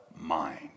mind